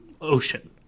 ocean